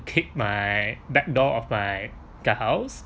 kick my back door of my guardhouse